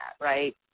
right